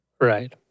Right